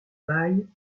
bail